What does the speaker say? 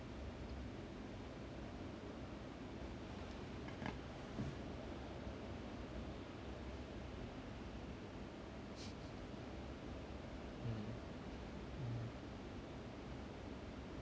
mm mm